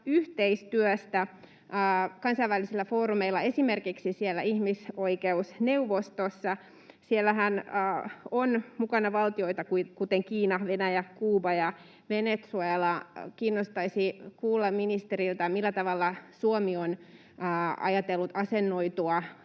yhteistyöstä kansainvälisillä foorumeilla, esimerkiksi siellä ihmisoikeusneuvostossahan on mukana valtioita kuten Kiina, Venäjä, Kuuba ja Venezuela. Kiinnostaisi kuulla ministeriltä, millä tavalla Suomi on ajatellut asemoitua